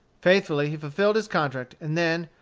faithfully he fulfilled his contract, and then,